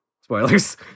Spoilers